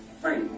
free